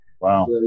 Wow